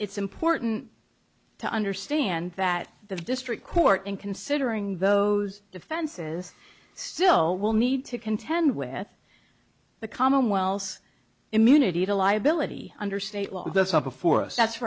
it's important to understand that the district court in considering those defenses still will need to contend with the commonwealth immunity to liability under state law that's up before us that's